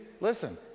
listen